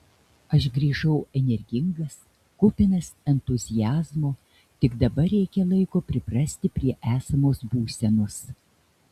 aš grįžau energingas kupinas entuziazmo tik dabar reikia laiko priprasti prie esamos būsenos